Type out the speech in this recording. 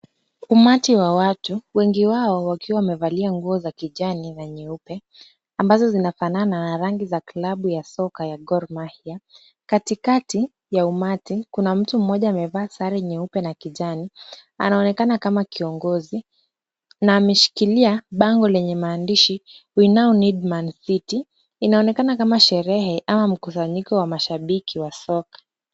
Umati wa watu, wengi wao wakiwa wamevalia nguo za kijani na nyeupe ambazo zinafanana na rangi za klabu ya soka gormahia katikati ya umati kuna mtu mmoja amevaa sare nyeupe na kijani. Anaonekana kama kiongozi na ameshikilia bango lenye maandishi we now need man city inaonekana kama sherehe au mkusanyiko wa mashabiki wa soka.